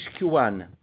Q1